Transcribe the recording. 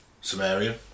Samaria